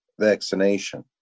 vaccination